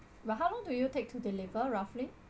but how long do you take to deliver roughly